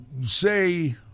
say